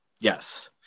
yes